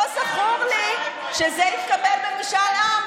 לא זכור לי שזה התקבל במשאל עם.